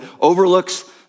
overlooks